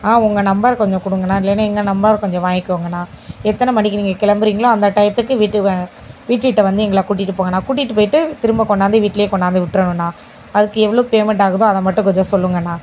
ஆ உங்கள் நம்பர் கொஞ்சம் கொடுங்கண்ணா இல்லைனா எங்கள் நம்பரை கொஞ்சம் வாங்கிக்கோங்கண்ணா எத்தனை மணிக்கு நீங்கள் கிளம்புறீங்களோ அந்த டையத்துக்கு வீட்டு வ வீட்டுகிட்ட வந்து எங்களை கூட்டிகிட்டு போங்கண்ணா கூட்டிகிட்டு போயிட்டு திரும்ப கொண்டாந்து வீட்டிலயே கொண்டாந்து விட்றனும்ண்ணா அதுக்கு எவ்வளோ பேமெண்ட் ஆகுதோ அதை மட்டும் கொஞ்சம் சொல்லுங்கண்ணா